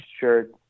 shirt